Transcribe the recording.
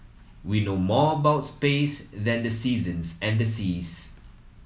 we know more about space than the seasons and the seas